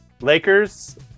Lakers